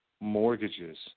mortgages